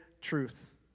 truth